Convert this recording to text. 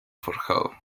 forjado